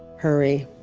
hurry.